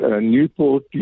Newport